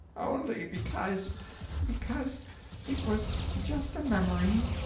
only because because it was just a memory.